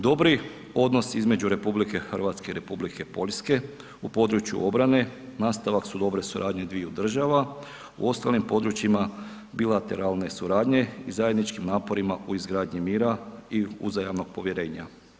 Dobri odnos između RH i Republike Poljske u području obrane nastavak su dobre suradnje dviju država, u ostalim područjima bilateralne suradnje i zajedničkim naporima u izgradnji mira i uzajamnog povjerenja.